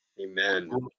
Amen